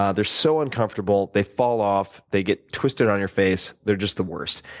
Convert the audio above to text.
ah they're so uncomfortable. they fall off, they get twisted on your face they're just the worst.